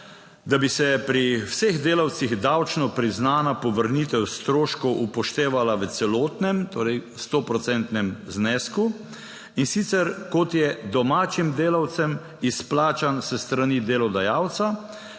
da bi se pri vseh delavcih davčno priznana povrnitev stroškov upoštevala v celotnem, torej sto procentnem znesku in sicer kot je domačim delavcem izplačano s strani delodajalca